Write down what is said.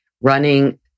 Running